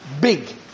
big